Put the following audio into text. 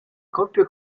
coppia